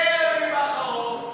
טרם היבחרו,